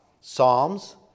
Psalms